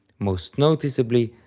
most noticeably,